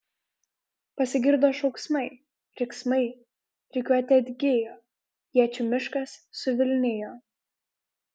pasigirdo šauksmai riksmai rikiuotė atgijo iečių miškas suvilnijo